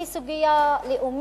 שהיא סוגיה לאומית-אזרחית.